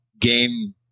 game